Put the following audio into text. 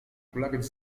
kulawiec